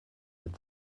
with